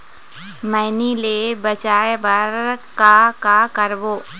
मैनी ले बचाए बर का का करबो?